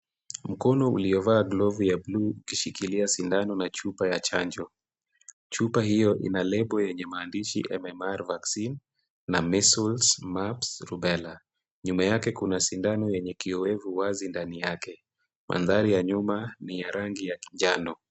Mkono uliovaa glovu ya bluu ukishikilia sindano na chupa ya chanjo. Chupa hiyo ina lebo yenye maandishi MMR VACCINE na MEASLES MUMPS RUBELLA . Nyuma yake kuna sindano yenye kioevu wazi ndani yake. Mandhari ya nyuma ni ya rangi ya kijano.